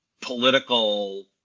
political